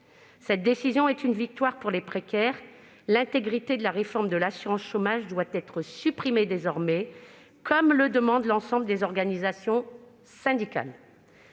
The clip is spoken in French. Cette décision est une victoire pour les précaires. C'est maintenant la réforme de l'assurance chômage qui doit être supprimée dans son intégralité, comme le demande l'ensemble des organisations syndicales.